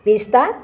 পিস্তা